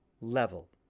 level